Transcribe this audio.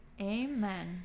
amen